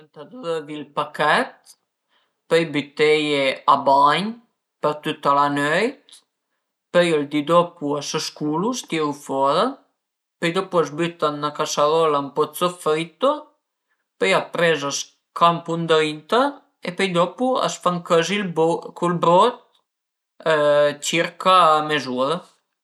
Ëntà drövi ël pachèt, pöi büteie a bagn për tüta la nöit, pöi ël di dopu a së sculu, a së tiru fora, pöi dopu a së buta ën 'na casarola ën po dë soffritto, pöi apres a së campu ëndrinta e pöi dopu a së fan cözi cun ël brot, circa mez'ura